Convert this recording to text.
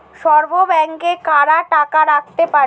সঞ্চয় ব্যাংকে কারা টাকা রাখতে পারে?